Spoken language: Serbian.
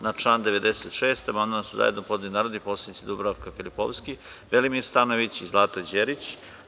Na član 96. amandman su zajedno podneli narodni poslanici Dubravka Filipovski, Velimir Stanojević i Zlata Đerić.